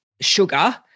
sugar